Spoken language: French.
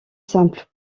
simple